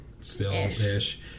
still-ish